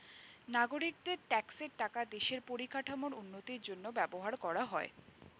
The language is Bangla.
নাগরিকদের ট্যাক্সের টাকা দেশের পরিকাঠামোর উন্নতির জন্য ব্যবহার করা হয়